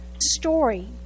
story